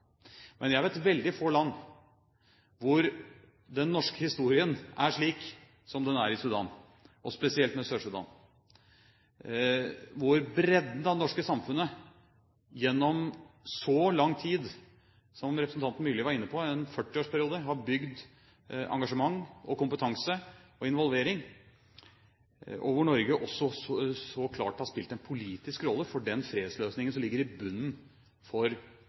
Men jeg vet om veldig få land hvor den norske historien er slik som den er i Sudan, spesielt i Sør-Sudan, hvor bredden av det norske samfunnet gjennom så lang tid – som representanten Myrli var inne på, i en 40-årsperiode – har bygget engasjement og kompetanse og involvering, og hvor Norge også så klart har spilt en politisk rolle for den fredsløsningen som ligger i bunnen for